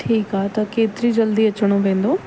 ठीकु आहे त केतिरी जल्दी अचणो पवंदो